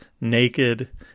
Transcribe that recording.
naked